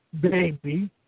baby